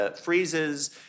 freezes